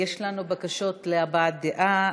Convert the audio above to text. יש לנו בקשות להבעת דעה.